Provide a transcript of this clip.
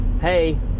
Hey